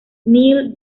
neal